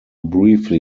briefly